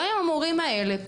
גם עם המורים האלה,